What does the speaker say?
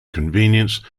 convenience